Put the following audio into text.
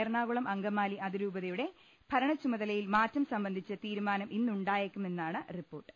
എറണാകുളം അങ്കമാലി അതിരൂപതയുടെ ഭരണച്ചുമത ലയിൽ മാറ്റം സംബന്ധിച്ച് തീരുമാനം ഇന്നുണ്ടായേക്കുമെന്നാണ് റിപ്പോർട്ട്